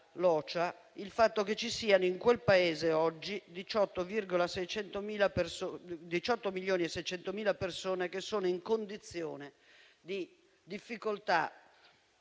il fatto che ci siano in quel Paese oggi 18,6 milioni di persone che sono in condizione di difficoltà